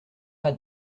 pas